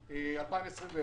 זה נושא אחד.